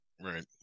right